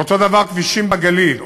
ואותו דבר כבישים בגליל,